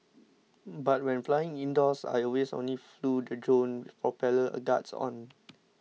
but when flying indoors I always only flew the drone for propeller guards on